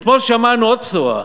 אתמול שמענו עוד בשורה,